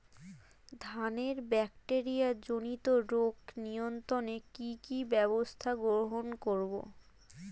ধানের ব্যাকটেরিয়া জনিত রোগ নিয়ন্ত্রণে কি কি ব্যবস্থা গ্রহণ করব?